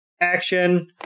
action